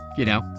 you know?